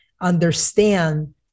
understand